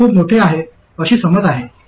ते खूप मोठे आहेत अशी समज आहे